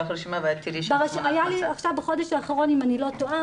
לך רשימה ואת תראי --- היה לי בחודש האחרון אם אני לא טועה,